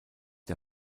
der